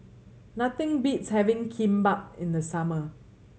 nothing beats having Kimbap in the summer